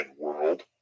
world